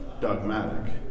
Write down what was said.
dogmatic